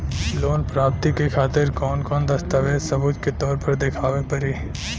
Loan प्राप्ति के खातिर कौन कौन दस्तावेज सबूत के तौर पर देखावे परी?